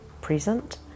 present